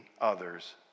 others